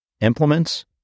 implements